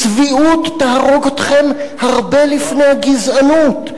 הצביעות תהרוג אתכם הרבה לפני הגזענות.